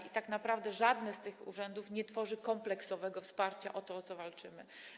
I tak naprawdę żaden z tych urzędów nie tworzy kompleksowego wsparcia, o co walczymy.